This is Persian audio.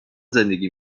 زندگی